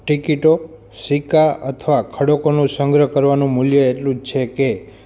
ટિકીટો સિક્કા અથવા ખડકોનો સંગ્રહ કરવાનું મૂલ્ય એટલું જ છે કે